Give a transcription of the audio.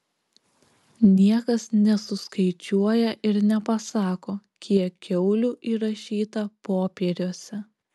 niekas nesuskaičiuoja ir nepasako kiek kiaulių įrašyta popieriuose